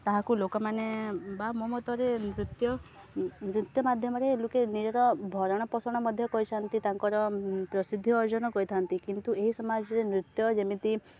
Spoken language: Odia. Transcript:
ତାହାକୁ ଲୋକମାନେ ବା ମୋ ମତରେ ନୃତ୍ୟ ନୃତ୍ୟ ମାଧ୍ୟମରେ ଲୋକେ ନିଜର ଭରଣ ପୋଷଣ ମଧ୍ୟ କରିଥାନ୍ତି ତାଙ୍କର ପ୍ରସିଦ୍ଧ ଅର୍ଜନ କରିଥାନ୍ତି କିନ୍ତୁ ଏହି ସମାଜରେ ନୃତ୍ୟ ଯେମିତି